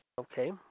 Okay